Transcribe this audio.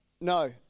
No